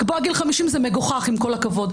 לקבוע גיל 50 זה מגוחך, עם כל הכבוד.